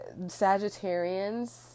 Sagittarians